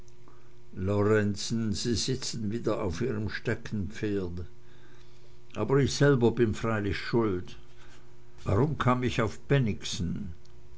sie sitzen wieder auf ihrem steckenpferd aber ich selber bin freilich schuld warum kam ich auf bennigsen